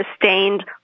sustained